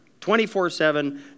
24-7